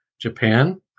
Japan